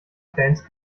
fans